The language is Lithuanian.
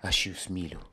aš jus myliu